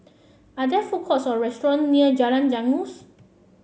are there food courts or restaurant near Jalan Janggus